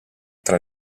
tra